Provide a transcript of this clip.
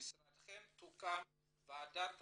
תוקם ועדת